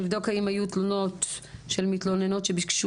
לבדוק האם היו תלונות של מתלוננות שביקשו